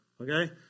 okay